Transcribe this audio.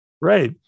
Right